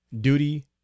duty